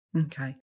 Okay